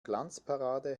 glanzparade